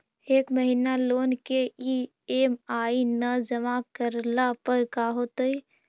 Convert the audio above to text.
एक महिना लोन के ई.एम.आई न जमा करला पर का होतइ?